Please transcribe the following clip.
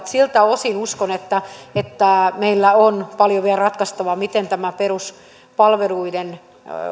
siltä osin uskon että meillä on paljon vielä ratkaistavaa miten tämä peruspalveluiden